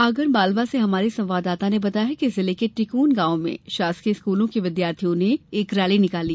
आगर मालवा से हमारे संवाददाता ने बताया है कि जिले के टिकोन गॉव में शासकीय स्कूलों के विद्यार्थियों ने एक रैली निकाली